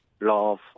love